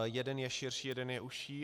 Jeden je širší, jeden je užší.